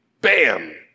Bam